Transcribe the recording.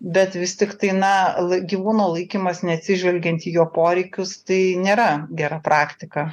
bet vis tiktai na l gyvūno laikymas neatsižvelgiant į jo poreikius tai nėra gera praktika